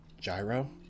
Gyro